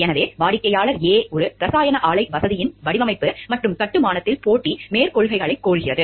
எனவே வாடிக்கையாளர் A ஒரு இரசாயன ஆலை வசதியின் வடிவமைப்பு மற்றும் கட்டுமானத்தில் போட்டி மேற்கோள்களைக் கோருகிறது